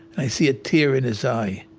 i see a tear in his eye.